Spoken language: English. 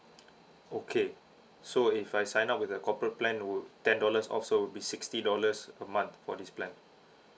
okay so if I sign up with a corporate plan would ten dollars off so it will be sixty dollars a month for this plan